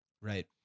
right